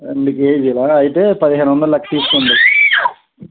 రెండు కేజీలు అయితే పదిహేను వందలు లెక్కన తీసుకోండి